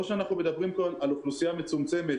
או שאנחנו מדברים כאן על אוכלוסייה מצומצמת